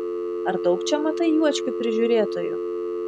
ar daug čia matai juočkių prižiūrėtojų